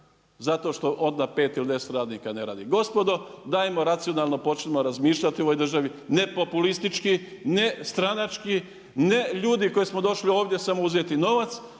zato što onda 5 ili 10 radnika ne radi. Gospodo dajmo, racionalno počinimo razmišljati u ovoj državi, ne populistički, nestranački, ne ljudi koji smo došli ovdje samo uzeti novac,